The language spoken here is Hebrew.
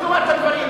צריך לומר את הדברים,